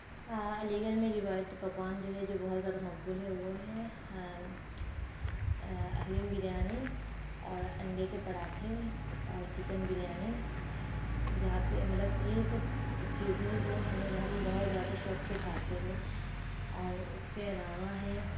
علی گڑھ میں روایتی پکوان جو ہے جو بہت زیادہ مقبول ہے وہ ہے حلیم بریانی اور انڈے کے پراٹھے اور چکن بریانی جہاں پہ مطلب یہ سب چیزیں ہے جو ہمیں ہم بہت زیادہ شوق سے کھاتے ہے اور اس کے علاوہ ہے